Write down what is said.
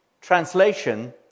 translation